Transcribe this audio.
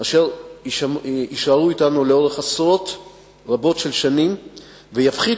אשר יישארו אתנו לאורך עשרות רבות של שנים ויפחיתו